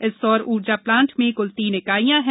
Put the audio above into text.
इस सौर ऊर्जा प्लांट में कुल तीन इकाईयां है